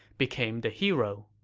became the hero